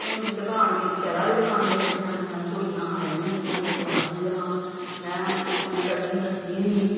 हून बी दकान मेरी चला दी दकान मेरे जनानियां मेरै कुड़ियां आई दियां होंदियां कुड़ियां चला दियां दकान में हून सिर्फ उ'नेंगी कटिंग दस्सनी होन्नी